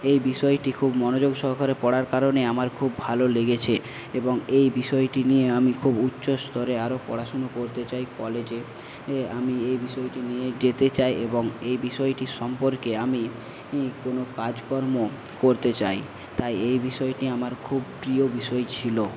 এই বিষয়টি খুব মনোযোগ সহকারে পড়ার কারণে আমার খুব ভালো লেগেছে এবং এই বিষয়টি নিয়ে আমি খুব উচ্চস্তরে আরও পড়াশুনো করতে চাই কলেজে এ আমি এই বিষয়টি নিয়ে যেতে চাই এবং এই বিষয়টি সম্পর্কে আমি কোনো কাজকর্ম করতে চাই তাই এই বিষয়টি আমার খুব প্রিয় বিষয় ছিলো